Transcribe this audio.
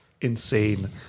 insane